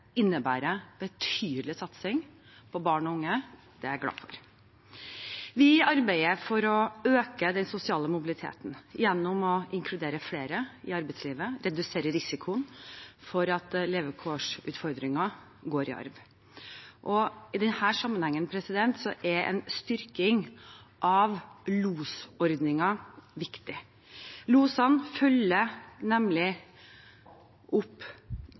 innebærer en betydelig satsing på barn og unge. Det er jeg glad for. Vi arbeider for å øke den sosiale mobiliteten gjennom å inkludere flere i arbeidslivet og redusere risikoen for at levekårsutfordringer går i arv. I denne sammenhengen er en styrking av losordningen viktig. Losene følger nemlig opp